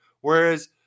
Whereas